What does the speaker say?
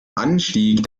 anstieg